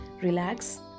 relax